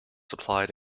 supplied